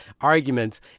arguments